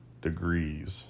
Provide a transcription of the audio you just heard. Degrees